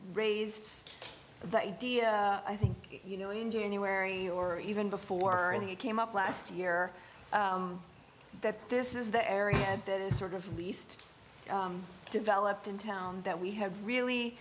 raised the idea i think you know in january or even before you came up last year that this is the area that is sort of least developed in town that we have really